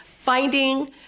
finding